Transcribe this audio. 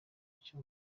icyo